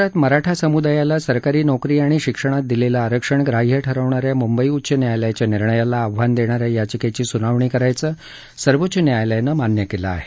महाराष्ट्रात मराठा समूदायाला सरकारी नोकरी आणि शिक्षणात दिलेलं आरक्षण ग्राह्य ठरवणाऱ्या मुंबई उच्च न्यायालयाच्या निर्णयाला आव्हान देणाऱ्या याचिकेची सुनावणी करायचं सर्वोच्च न्यायालयानं मान्य केलं आहे